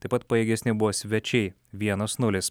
taip pat pajėgesni buvo svečiai vienas nulis